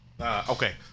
Okay